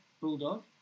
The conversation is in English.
Bulldog